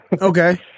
okay